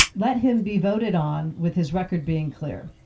let him be voted on with his record being clear.